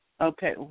Okay